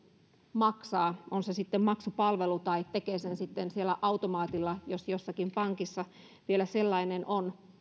maksaa on se sitten maksupalvelu tai tekee sen sitten siellä automaatilla jos jossakin pankissa vielä sellainen on